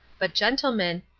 but, gentlemen,